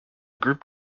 group